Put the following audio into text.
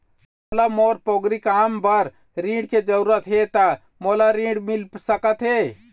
मोला मोर पोगरी काम बर ऋण के जरूरत हे ता मोला ऋण मिल सकत हे?